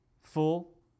Full